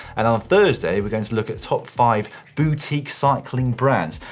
and on thursday, we're going to look at top five boutique cycling brands.